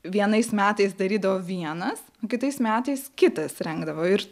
vienais metais darydavo vienas kitais metais kitas rengdavo ir